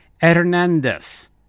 Hernandez